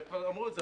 כבר אמרו את זה.